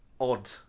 odd